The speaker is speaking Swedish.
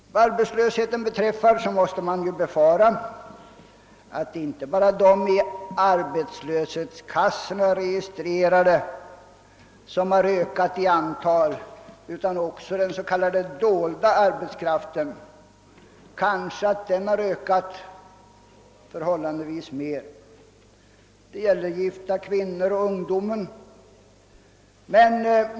Vad arbetslösheten beträffar måste man befara att inte bara de i arbetslöshetskassorna registrerade arbetslösa har ökat i antal utan att den s.k. dolda arbetslösheten har ökat förhållandevis ännu mer. Detta gäller bl.a. gifta kvinnor och ungdomar.